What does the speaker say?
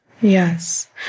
Yes